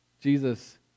Jesus